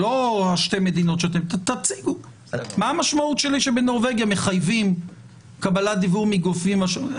תציגו מה המשמעות שבנורבגיה מחייבים קבלת דיוור מגופים.